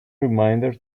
reminder